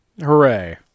Hooray